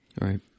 right